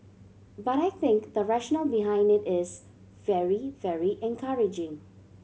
but I think the rationale behind it is very very encouraging